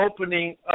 opening